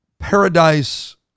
Paradise